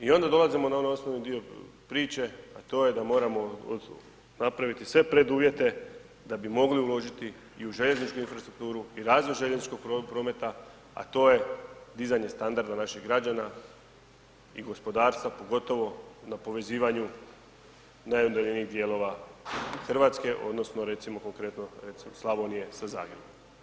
I onda dolazimo na onaj ostali dio priče, a to je da moramo napraviti sve preduvjete i u željezničku infrastrukturu i razvoj željezničkog prometa, a to je dizanje standarda naših građana i gospodarstva pogotovo na povezivanju najudaljenijih dijelova Hrvatske odnosno recimo konkretno recimo Slavonije sa Zagrebom.